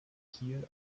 kiel